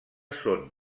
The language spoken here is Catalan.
són